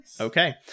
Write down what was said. Okay